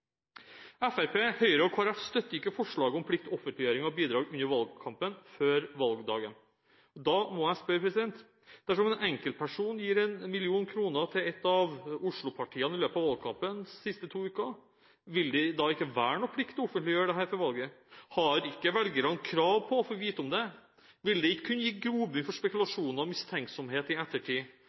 Fremskrittspartiet, Høyre og Kristelig Folkeparti støtter ikke forslaget om plikt til offentliggjøring av bidrag under valgkampen før valgdagen. Da må jeg spørre: Dersom en enkeltperson gir 1 mill. kr til ett av Oslo-partiene i løpet av valgkampens siste to uker, vil det da ikke være noen plikt til å offentliggjøre dette før valget? Har ikke velgerne krav på å få vite om det? Vil det ikke kunne gi grobunn for spekulasjoner og mistenksomhet i ettertid?